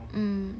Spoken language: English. mm